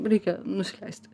reikia nusileist